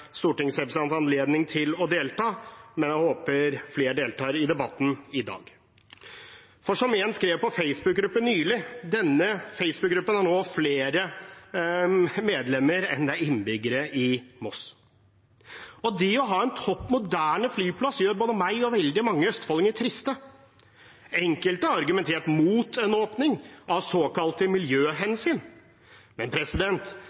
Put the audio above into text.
anledning til å delta, men jeg håper flere deltar i debatten i dag. Som én skrev på Facebook-gruppen nylig: Denne Facebook-gruppen har nå flere medlemmer enn det er innbyggere i Moss. Det å ha en topp moderne flyplass som ikke blir brukt, gjør både meg og veldig mange østfoldinger trist. Enkelte har argumentert mot en åpning av såkalte miljøhensyn, men